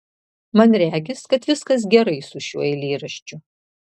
man regis kad viskas gerai su šiuo eilėraščiu